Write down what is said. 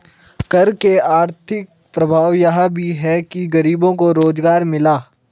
कर के आर्थिक प्रभाव यह भी है कि गरीबों को रोजगार मिला